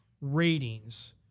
ratings